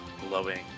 glowing